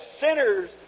sinners